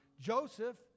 Joseph